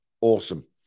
Awesome